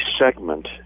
segment